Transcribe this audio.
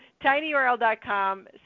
tinyurl.com